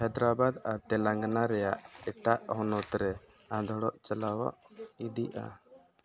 ᱦᱟᱭᱫᱨᱟᱵᱟᱫᱽ ᱟᱨ ᱛᱮᱞᱟᱝᱜᱟᱱᱟ ᱨᱮᱭᱟᱜ ᱮᱴᱟᱜ ᱦᱚᱱᱚᱛᱨᱮ ᱟᱸᱫᱳᱲᱚᱜ ᱪᱟᱞᱟᱣᱚᱜ ᱤᱫᱤᱜᱼᱟ